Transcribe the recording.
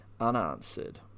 unanswered